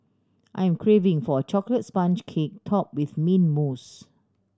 I am craving for a chocolate sponge cake top with mint mousse